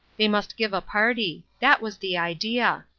they must give a party that was the idea.